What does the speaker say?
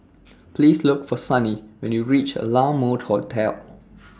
Please Look For Sunny when YOU REACH La Mode Hotel